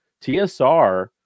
TSR